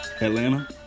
atlanta